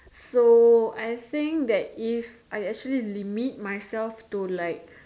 so I think that if I actually limit myself to like